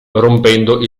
rompendo